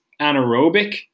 anaerobic